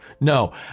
No